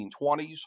1920s